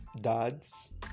dads